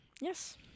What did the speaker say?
Yes